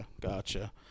Gotcha